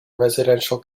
residential